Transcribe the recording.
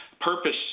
purpose